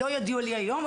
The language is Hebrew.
לא ידוע לי היום,